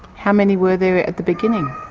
how many were there at the beginning?